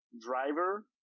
driver